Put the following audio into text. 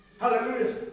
Hallelujah